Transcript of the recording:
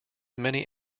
many